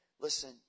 Listen